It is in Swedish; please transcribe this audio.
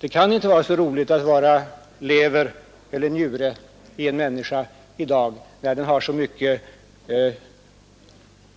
Det kan inte vara så roligt att vara lever eller njure i en människa i dag, när den har så mycket